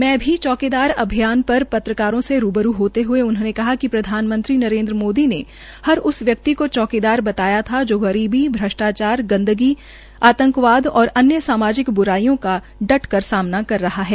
मै भी चौकीदार अभियान पर पत्रकारों से रूबरू होते हये उन्होंने कहा कि प्रधानमंत्री नरेन्द्र मोदी ने हर उस व्यक्ति को चौकीदार बताया था जो गरीबी भ्रष्टाचार गदंगी आतंकवाद और अन्य सामाजिक ब्राइयों का डटकर सामना कर रहा है